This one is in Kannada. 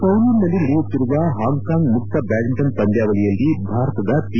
ಕೌಲೂನ್ನಲ್ಲಿ ನಡೆಯುತ್ತಿರುವ ಹಾಂಕ್ಕಾಂಗ್ ಮುಕ್ತ ಬ್ಡಾಡ್ಸಿಂಟನ್ ಪಂದ್ಯಾವಳಿಯಲ್ಲಿ ಭಾರತದ ಪಿ